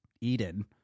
Eden